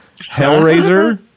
Hellraiser